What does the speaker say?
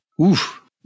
Oof